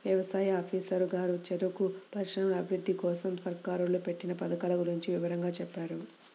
యవసాయ ఆఫీసరు గారు చెరుకు పరిశ్రమల అభిరుద్ధి కోసరం సర్కారోళ్ళు పెట్టిన పథకాల గురించి వివరంగా చెప్పారు